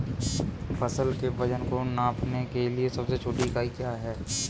फसल के वजन को नापने के लिए सबसे छोटी इकाई क्या है?